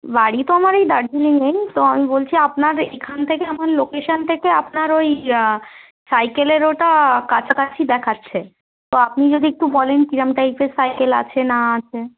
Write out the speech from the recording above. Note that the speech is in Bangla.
বাড়ি তো আমার এই দার্জিলিংয়েই তো আমি বলছি আপনার এখান থেকে আমার লোকেশান থেকে আপনার ওই সাইকেলের ওটা কাছাকাছি দেখাচ্ছে তো আপনি যদি একটু বলেন কীরকম টাইপের সাইকেল আছে না আছে